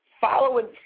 Following